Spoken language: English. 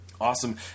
Awesome